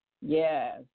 Yes